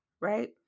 right